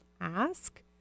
ask